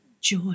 joy